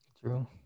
true